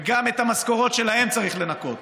וגם את המשכורות שלהם צריך לנכות.